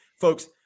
folks